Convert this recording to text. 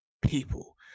people